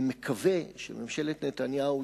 אני מקווה שממשלת נתניהו,